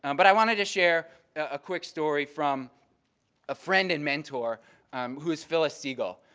and but i wanted to share a quick story from a friend and mentor who is phyllis segal.